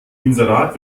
inserat